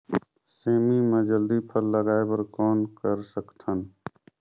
सेमी म जल्दी फल लगाय बर कौन कर सकत हन?